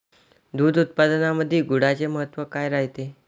दूध उत्पादनामंदी गुळाचे महत्व काय रायते?